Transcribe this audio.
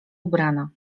ubrana